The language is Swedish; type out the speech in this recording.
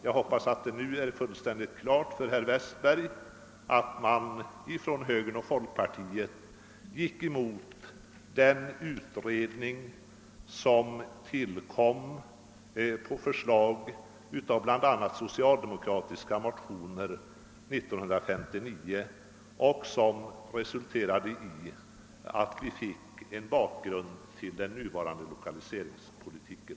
Jag hoppas att det nu står fullständigt klart för herr Westberg att högern och folkpartiet gick emot den utredning, som tillkom på förslag i bl.a. socialdemokratiska motioner år 1959 och som resulterade i att vi fick en bakgrund till den nuvarande lokaliseringspolitiken.